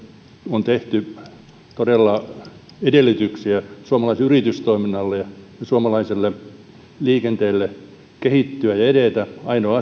on tehty todella edellytyksiä suomalaiselle yritystoiminnalle ja suomalaiselle liikenteelle kehittyä ja edetä ainoa